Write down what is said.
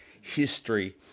history